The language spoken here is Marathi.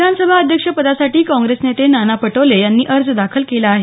विधानसभा अध्यक्ष पदासाठी काँग्रेस नेते नाना पटोले यांनी अर्ज दाखल केला आहे